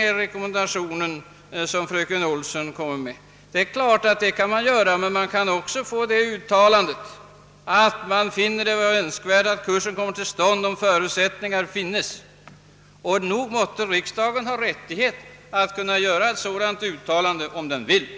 Det är klart att man kan göra det, men det kan också vara lämpligt att få ett uttalande av riksdagen att den finner att det är önskvärt att kursen kommer till stånd, om förusättningar härför finns. Nog måtte väl riksdagen ha rättighet att göra ett sådant uttalande, om den vill det.